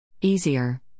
Easier